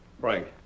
Frank